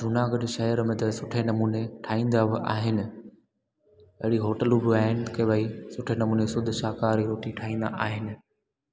जूनागढ़ शहर में त सुठे नमूने ठाहींदा आहिनि अहिड़ी होटलूं बि आहिनि कि भई सुठे नमूने शुद्ध शाकाहारी रोटी ठाहींदा आहिनि